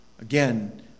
Again